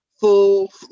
full